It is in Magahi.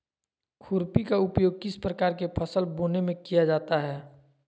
खुरपी का उपयोग किस प्रकार के फसल बोने में किया जाता है?